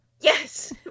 Yes